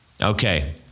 Okay